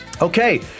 Okay